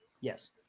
Yes